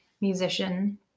musician